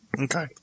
Okay